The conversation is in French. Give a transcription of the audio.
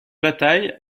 bataille